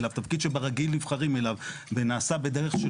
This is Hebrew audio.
אלא תפקיד שברגיל נבחרים אליו ונעשה בדרך של